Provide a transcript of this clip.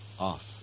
off